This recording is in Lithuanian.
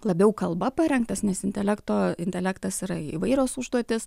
labiau kalba parengtas nes intelekto intelektas yra įvairios užduotys